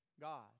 God